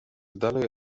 dalej